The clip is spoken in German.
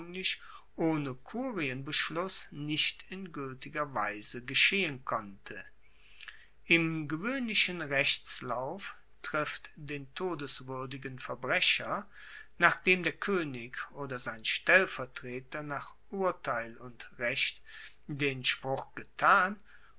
ohne kurienbeschluss nicht in gueltiger weise geschehen konnte im gewoehnlichen rechtslauf trifft den todeswuerdigen verbrecher nachdem der koenig oder sein stellvertreter nach urteil und recht den spruch getan